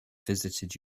visited